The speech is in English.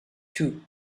two